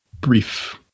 brief